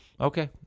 Okay